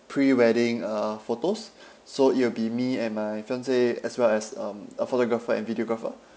pre wedding uh photos so it'll be me and my fiancee as well as um a photographer and videographer